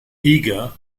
eagar